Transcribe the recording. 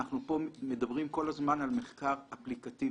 אנחנו פה מדברים כל הזמן על מחקר אפליקטיבי,